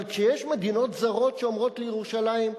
אבל כשיש מדינות זרות שאומרות לירושלים,